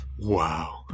wow